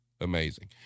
Amazing